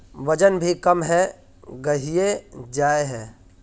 वजन भी कम है गहिये जाय है?